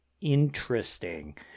interesting